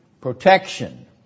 Protection